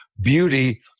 beauty